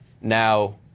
Now